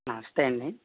నమస్తే అండి